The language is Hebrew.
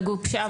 וגובשה הוועדה.